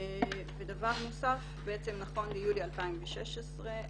נכון ליולי 2016,